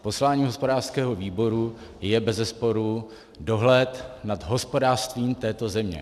Poslání hospodářského výboru je bezesporu dohled nad hospodářstvím této země.